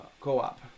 co-op